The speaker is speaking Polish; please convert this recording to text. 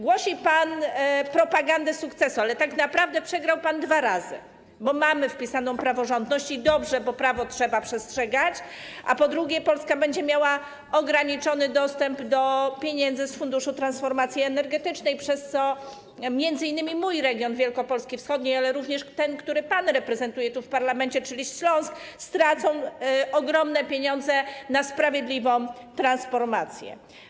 Głosi pan propagandę sukcesu, ale tak naprawdę przegrał pan dwa razy, bo po pierwsze, mamy wpisany warunek praworządności i dobrze, bo prawa trzeba przestrzegać, a po drugie, Polska będzie miała ograniczony dostęp do pieniędzy z funduszu transformacji energetycznej, przez co m.in. mój region wielkopolski wschodniej, ale również ten, który pan reprezentuje tu, w parlamencie, czyli Śląsk, stracą ogromne pieniądze z Funduszu Sprawiedliwej Transformacji.